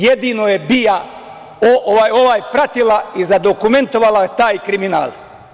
Jedino je BIA pratila i dokumentovala taj kriminal.